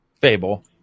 Fable